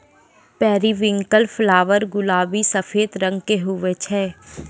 periwinkle flower गुलाबी सफेद रंग के हुवै छै